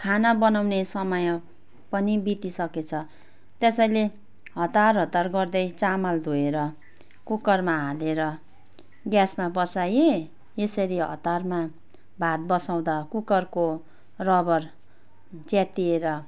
खाना बनाउने समय पनि बितिसकेछ त्यसैले हतार हतार गर्दै चामल धोएर कुकरमा हालेर ग्यासमा बसाएँ यसरी हतारमा भात बसाउँदा कुकरको रबर च्यातिएर